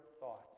thoughts